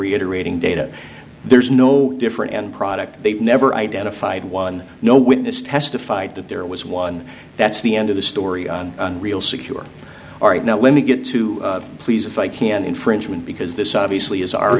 reiterating data there's no different end product they've never identified one no witness testified that there was one that's the end of the story on real security all right now let me get to please if i can infringement because this obviously is our